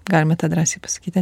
galima tą drąsiai pasakyti